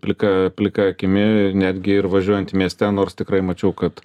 plika plika akimi netgi ir važiuojant mieste nors tikrai mačiau kad